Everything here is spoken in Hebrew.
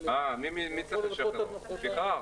--- סליחה,